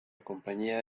compañía